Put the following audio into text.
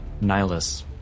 Nihilus